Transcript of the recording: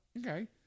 Okay